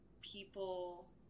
people